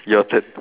your turn